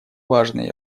важное